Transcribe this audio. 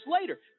later